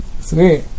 Sweet